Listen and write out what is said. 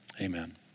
Amen